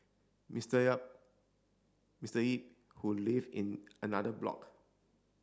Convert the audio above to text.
Mister Yap Mister Yip who lived in another block